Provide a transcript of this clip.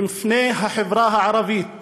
בפני החברה הערבית